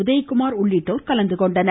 உதயகுமார் உள்ளிட்டோர் கலந்துகொண்டனர்